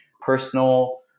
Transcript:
personal